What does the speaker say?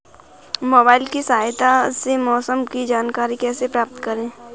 Mobile की सहायता से मौसम की जानकारी कैसे प्राप्त करें?